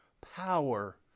power